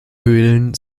höhlen